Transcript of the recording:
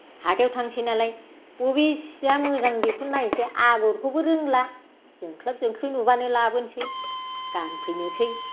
हाथायाव थांसै नालाय बबे सिया मोजां बेखौ नायनोसै आगरखौबो रोंला जोंख्लाब जोंख्लिब नुबानो लाबोनोसै गानफैनोसै